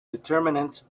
determinant